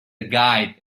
guide